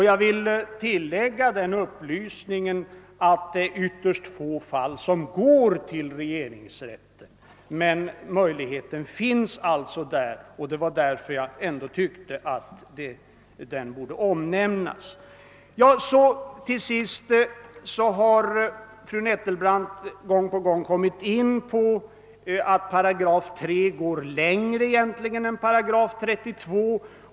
Jag vill tillägga som en upplysning att det är ytterst få fall som går till regeringsrätten, men möjligheten finns, och därför ansåg jag att den borde omnämnas. Fru Nettelbrandt har gång på gång kommit in på att 3 § egentligen går längre än § 32.